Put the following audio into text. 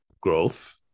growth